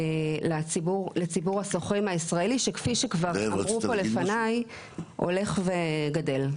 לציבור השוכרים הישראלי כשפי שכבר אמרו פה לפני הולך וגדל.